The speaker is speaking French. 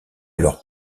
alors